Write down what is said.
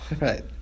Right